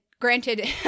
Granted